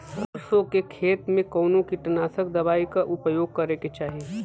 सरसों के खेत में कवने कीटनाशक दवाई क उपयोग करे के चाही?